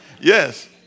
Yes